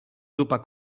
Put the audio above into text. zuppa